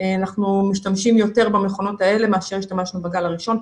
אנחנו משתמשים יותר במכונות האלה מאשר השתמשנו בגל הראשון,